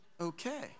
Okay